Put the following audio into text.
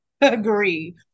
agree